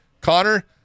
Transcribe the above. connor